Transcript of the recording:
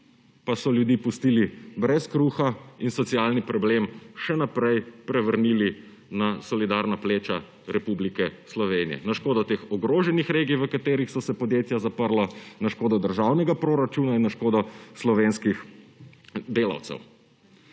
pa so ljudi pustili brez kruha in socialni problem še naprej prevrnili na solidarna pleča Republike Slovenije, na škodo teh ogroženih regij, v katerih so se podjetja zaprla, na škodo državnega proračuna in na škodo slovenskih delavcev.